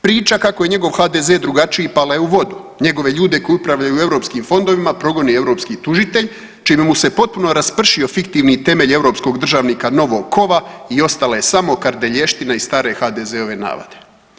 Priča kako njegov HDZ drugačiji pala je u vodu, njegove ljude koji upravljaju EU fondovima progoni EU tužitelj, čime mu se potpuno raspršio fiktivni temelj europskog državnika novog kova i ostala je samo kardelještina iz stare HDZ-ove navade.